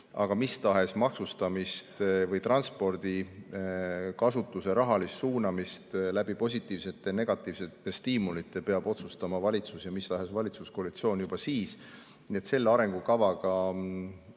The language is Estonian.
Aga mis tahes maksustamist või transpordikasutuse rahalist suunamist positiivsete ja negatiivsete stiimulite kaudu peab otsustama valitsus – mis tahes valitsuskoalitsioon. Nii et selle arengukavaga,